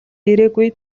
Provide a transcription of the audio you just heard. ирээгүй